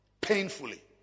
painfully